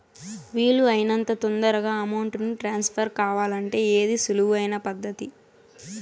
వీలు అయినంత తొందరగా అమౌంట్ ను ట్రాన్స్ఫర్ కావాలంటే ఏది సులువు అయిన పద్దతి